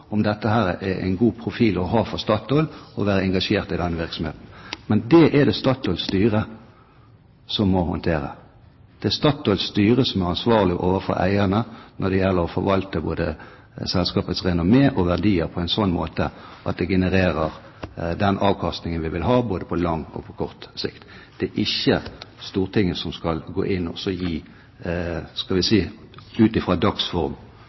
om det er en god profil for Statoil å være engasjert i denne virksomheten. Men det er det Statoils styre som må håndtere. Det er Statoils styre som er ansvarlig overfor eierne når det gjelder å forvalte både selskapets renommé og verdier på en slik måte at det genererer den avkastningen vi vil ha både på lang og på kort sikt. Det er ikke Stortinget som skal gå inn og gi – skal vi si – ut fra dagsform